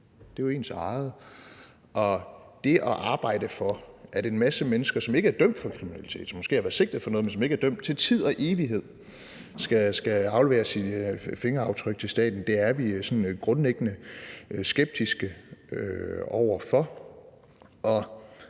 det er jo ens eget. Det at arbejde for, at en masse mennesker, som ikke er dømt for kriminalitet, som måske har været sigtet for noget, men som ikke er dømt, til tid og evighed skal aflevere deres fingeraftryk til staten, er vi sådan grundlæggende skeptiske over for.